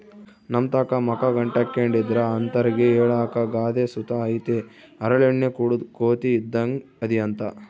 ನಮ್ತಾಕ ಮಕ ಗಂಟಾಕ್ಕೆಂಡಿದ್ರ ಅಂತರ್ಗೆ ಹೇಳಾಕ ಗಾದೆ ಸುತ ಐತೆ ಹರಳೆಣ್ಣೆ ಕುಡುದ್ ಕೋತಿ ಇದ್ದಂಗ್ ಅದಿಯಂತ